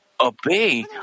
obey